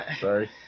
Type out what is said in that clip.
Sorry